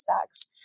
sex